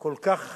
כל כך